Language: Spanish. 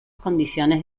condiciones